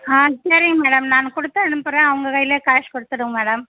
ஆ சரிங்க மேடம் நான் கொடுத்து அனுப்புகிறேன் அவங்க கையிலே கேஷ் கொடுத்துடுங்க மேடம்